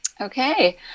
Okay